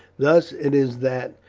thus it is that,